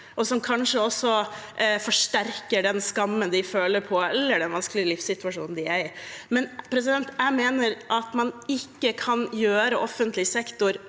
og som kanskje også forsterker den skammen de føler på, eller den vanskelige livssituasjonen de er i. Men jeg mener at man ikke kan gjøre offentlig sektor